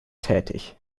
tätig